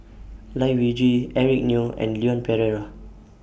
Lai Weijie Eric Neo and Leon Perera